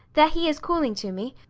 there he is, calling to me.